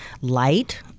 light